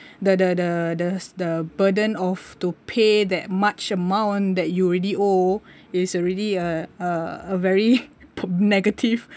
the the the the the burden of to pay that much amount that you already owe is already uh very negative